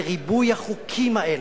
לריבוי החוקים האלה,